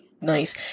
Nice